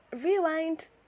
rewind